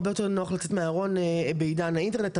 שהרבה יותר נוח וקל לצאת מהארון בעידן האינטרנט,